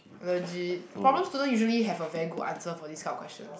legit problem student usually have a very good answer for this kind of question